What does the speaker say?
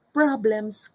problems